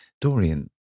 Dorian